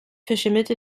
verschimmelte